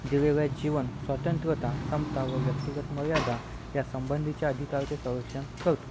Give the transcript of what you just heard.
दिलेले जीवन स्वतंत्रता समता व व्यक्तिगत मर्यादा या संबंधीच्या अधिकाराचे संरक्षण करतो